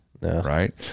right